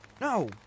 no